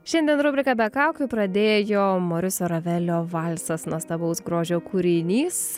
šiandien rubriką be kaukių pradėjo moriso ravelio valsas nuostabaus grožio kūrinys